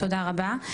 תודה רבה.